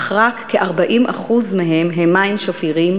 אך רק כ-40% מהם הם מים שפירים,